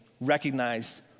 recognized